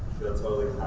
feel totally